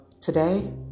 today